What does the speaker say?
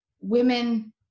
women